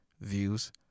Views